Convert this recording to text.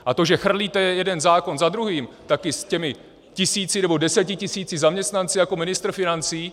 A to, že chrlíte jeden zákon za druhým, taky s těmi tisíci, nebo desetitisíci zaměstnanci jako ministr financí.